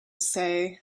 say